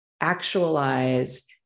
actualize